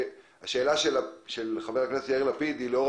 השאלה של חבר הכנסת יאיר לפיד באה לאור